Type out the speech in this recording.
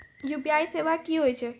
UPI सेवा की होय छै?